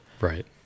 Right